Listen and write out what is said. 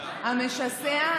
המשסע,